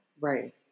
Right